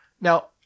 now